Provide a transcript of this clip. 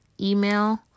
email